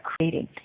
creating